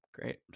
great